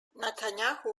netanyahu